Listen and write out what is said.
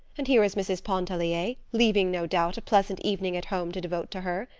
and here was mrs. pontellier leaving, no doubt, a pleasant evening at home to devote to her?